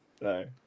no